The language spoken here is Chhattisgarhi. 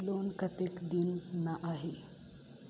लोन कतेक दिन मे आही?